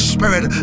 Spirit